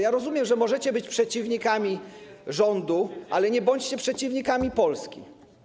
Ja rozumiem, że możecie być przeciwnikami rządu, ale nie bądźcie przeciwnikami Polski.